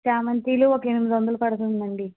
చామంతిలు ఒక ఎనిమిది వందలు పడుతుంది అండి